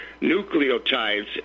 nucleotides